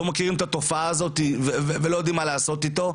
מכירים את התופעה הזאת ולא יודעים מה לעשות אתו.